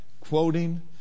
quoting